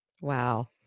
Wow